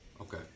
Okay